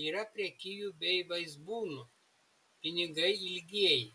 yra prekijų bei vaizbūnų pinigai ilgieji